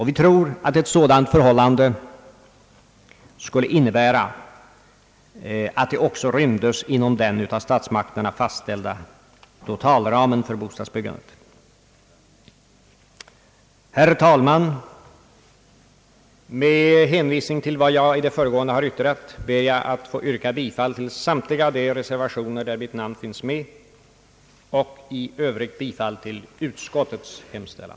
Vi tror att ett sådant förhållande skulle innebära att de också rymdes inom den av statsmakterna fastställda totalramen för bostadsbyggandet. Herr talman! Med hänvisning till vad jag i det föregående har yttrat ber jag att få yrka bifall till samtliga de reservationer där mitt namn finns med och i övrigt till utskottets hemställan.